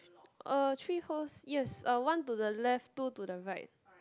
uh three holes yes uh one to the left two to the right